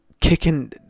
kicking